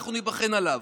ואנחנו ניבחן עליו,